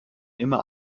immer